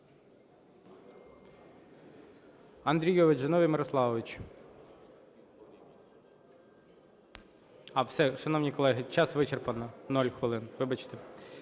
Андрійович Зиновій Мирославович. А, все, шановні колеги, час вичерпано – 0 хвилин. Вибачте.